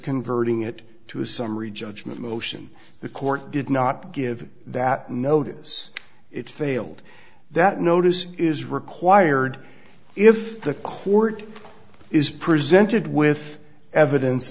converting it to a summary judgment motion the court did not give that notice it failed that notice is required if the court is presented with evidence